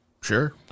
Sure